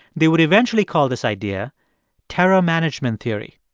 they would eventually call this idea terror management theory.